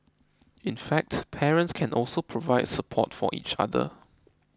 in fact parents can also provide support for each other